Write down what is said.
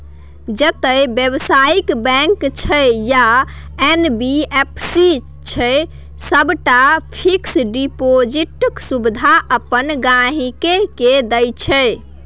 जतेक बेबसायी बैंक छै या एन.बी.एफ.सी छै सबटा फिक्स डिपोजिटक सुविधा अपन गांहिकी केँ दैत छै